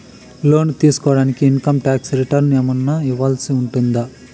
లోను తీసుకోడానికి income tax returns ఏమన్నా ఇవ్వాల్సి ఉంటుందా